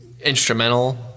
instrumental